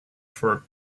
for